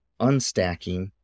unstacking